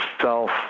self-